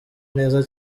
neza